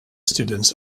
students